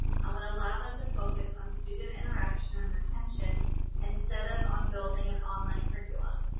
and would allow them to focus on student interaction and retention instead of on building an online curriculum.